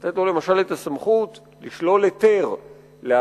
לתת לו למשל את הסמכות לשלול היתר להעסקת